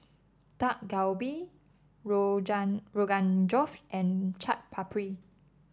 Dak Galbi Rogan Josh and Chaat Papri